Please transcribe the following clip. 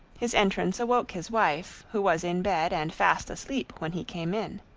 his entrance awoke his wife, who was in bed and fast asleep when he came in.